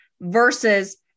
versus